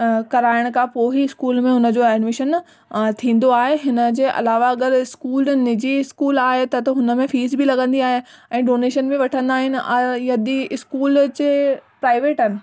कराइण खां पोइ ई स्कूल में हुन जो एडमीशन थींदो आहे हिन जे अलावा अगरि स्कूल निजी स्कूल आहे त त हुन में फ़ीस बि लगंदी आहे ऐं डोनेशन बि वठंदा आहिनि ऐं यदि स्कूल जे प्राइवेट आहिनि